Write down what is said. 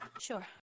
Sure